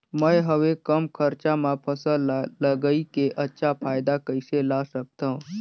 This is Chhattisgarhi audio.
मैं हवे कम खरचा मा फसल ला लगई के अच्छा फायदा कइसे ला सकथव?